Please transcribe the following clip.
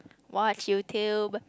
watch YouTube